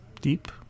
Deep